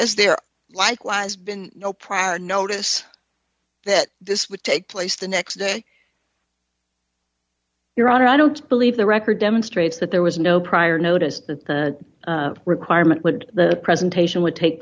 as their likewise been no prior notice that this would take place the next day your honor i don't believe the record demonstrates that there was no prior notice that the requirement would the presentation would take